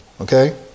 Okay